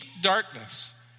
darkness